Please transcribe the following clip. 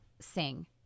sing